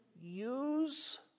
use